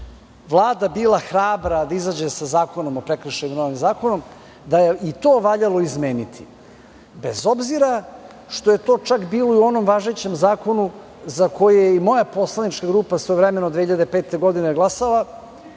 Vlada bila hrabra pa da izađe sa ovim zakonom, da je i to valjalo izmeniti, bez obzira što je to čak bilo i u onom važećem zakonu za koji je i moja poslanička grupa svojevremeno, 2005. godine, glasala.